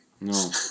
No